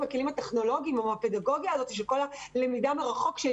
הכלים הטכנולוגיים או הפדגוגיה הזאת של כל הלמידה מרחוק,